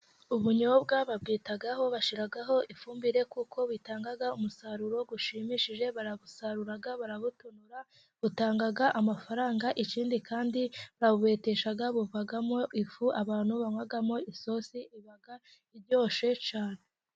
Ubunyobwa babwitaho bashiraho ifumbire kuko bitanga umusaruro ushimishije. Barabusarura bakabutonora, butanga amafaranga, ikindi kandi babubetesha buvagamo ifu abantu banywamo isosi iba iryoshe cyane.